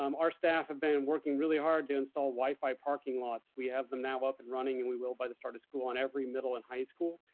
um our staff have been working really hard to install wi-fi parking lots, we have them now up and running, and we will by the start of school on every middle and high school.